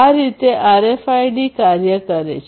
આ રીતે આરએફઆઇડી કાર્ય કરે છે